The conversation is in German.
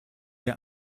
wir